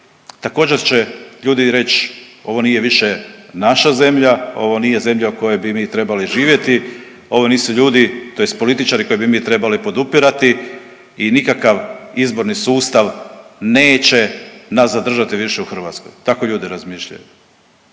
također će ljudi reći, ovo nije više naša zemlja, ovo nije zemlja u kojoj bi mi trebali živjeti, ovo nisu ljudi, tj. političari koje bi mi trebali podupirati i nikakav izborni sustav neće nas zadržati više u Hrvatskoj. Tako ljudi razmišljaju.